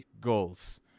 goals